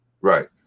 right